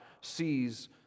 sees